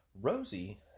Rosie